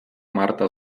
marta